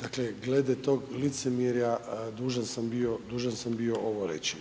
Dakle, glede tog licemjerja dužan sam bio, dužan sam bio ovo reći.